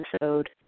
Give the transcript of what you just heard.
episode